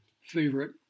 favorite